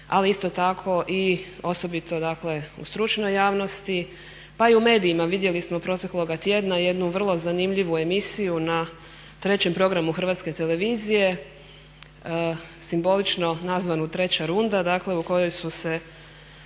ali isto tako i osobito, dakle u stručnoj javnosti. Pa i u medijima vidjeli smo protekloga tjedna jednu vrlo zanimljivu emisiju na trećem programu Hrvatske televizije simbolično nazvanu "Treća runda", dakle u kojoj su se